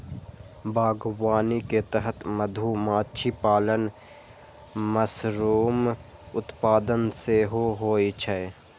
बागवानी के तहत मधुमाछी पालन, मशरूम उत्पादन सेहो होइ छै